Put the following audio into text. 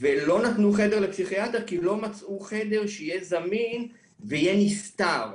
ולא נתנו חדר לפסיכיאטר כי לא מצאו חדר שיהיה זמין ויהיה נסתר,